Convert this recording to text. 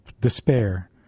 despair